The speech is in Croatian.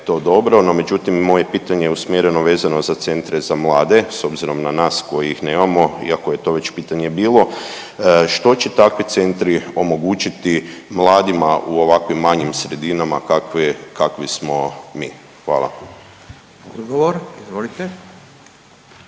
to dobro, no međutim moje je pitanje usmjereno vezano za Centre za mlade s obzirom na nas koji ih nemamo, iako je to već pitanje bilo što će takvi centri omogućiti mladima u ovakvim manjim sredinama kakvi smo mi? Hvala.